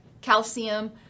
calcium